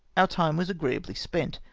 our time was agreeably spent,